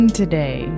today